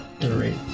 Great